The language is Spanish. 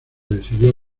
decidió